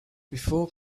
before